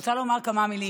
רוצה לומר כמה מילים.